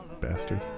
bastard